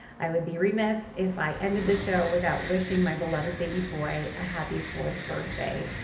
i would be remiss if i ended the show without wishing my beloved baby boy a happy fourth birthday.